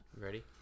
Ready